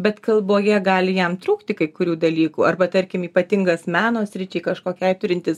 bet kalboje gali jam trūkti kai kurių dalykų arba tarkim ypatingas meno sričiai kažkokiai turintis